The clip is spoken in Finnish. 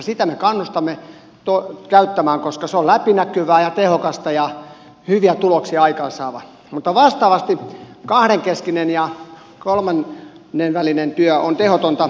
sitä me kannustamme käyttämään koska se on läpinäkyvää ja tehokasta ja hyviä tuloksia aikaansaava mutta vastaavasti kahdenkeskinen ja kolmenvälinen työ on tehotonta